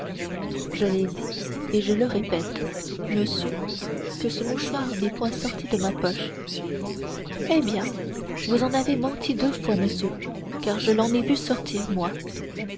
tomber j'ai dit et je répète monsieur que ce mouchoir n'est point sorti de ma poche eh bien vous en avez menti deux fois monsieur car je l'en ai vu sortir moi